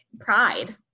pride